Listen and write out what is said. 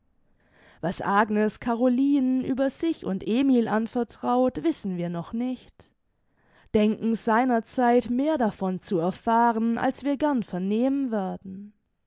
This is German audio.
was agnes carolinen über sich und emil anvertraut wissen wir noch nicht denken seiner zeit mehr davon zu erfahren als wir gern vernehmen werden